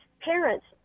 parents